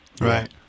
Right